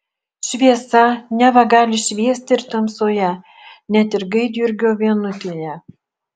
šviesa neva gali šviesti ir tamsoje net ir gaidjurgio vienutėje